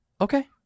Okay